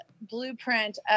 blueprint